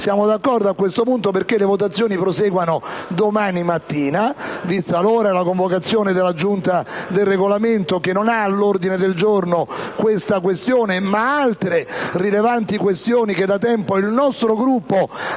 siamo d'accordo affinché le votazioni proseguano domani mattina, vista l'ora e la convocazione della Giunta per il Regolamento, che non ha all'ordine del giorno tale questione, ma altri rilevanti temi che da tempo il nostro Gruppo